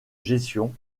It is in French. gestion